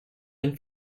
and